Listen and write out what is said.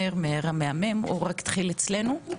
רק התחיל אצלנו.